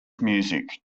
music